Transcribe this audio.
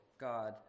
God